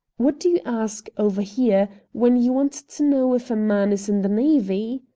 what do you ask, over here, when you want to know if a man is in the navy?